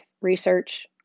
research